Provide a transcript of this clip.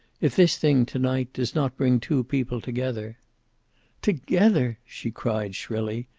if this thing, to-night, does not bring two people together together! she cried shrilly.